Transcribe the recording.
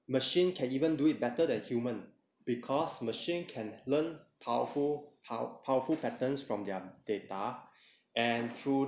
machine can even do it better than human because machine can learn powerful how powerful patterns from their data and through